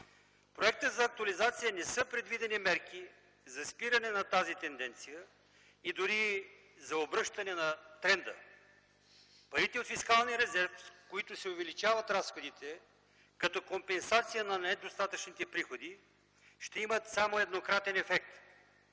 проекта за актуализация не са предвидени мерки за спиране на тази тенденция и дори за обръщане на тренда. Парите от фискалния резерв, с които се увеличават разходите като компенсация на недостатъчните приходи, ще имат само еднократен ефект.